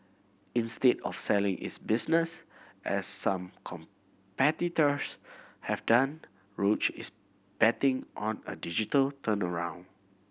instead of selling its business as some competitors have done Roche is betting on a digital turnaround